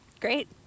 great